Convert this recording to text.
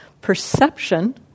perception